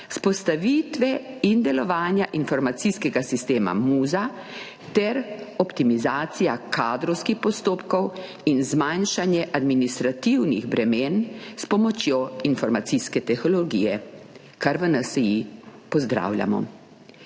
vzpostavitev in delovanje informacijskega sistema MUZA ter optimizacija kadrovskih postopkov in zmanjšanje administrativnih bremen s pomočjo informacijske tehnologije, kar v NSi pozdravljamo.